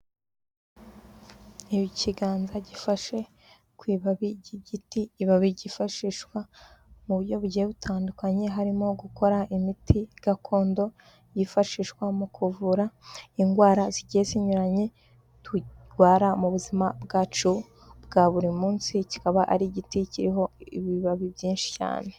Ikiganza gifashe ku ibabi ry'igiti ibabi ryifashishwa mu buryo bugiye butandukanye, harimo gukora imiti gakondo yifashishwa mu kuvura indwara zigiye zinyuranye turwara mu buzima bwacu bwa buri munsi, kikaba ari igiti kiriho ibibabi byinshi cyane.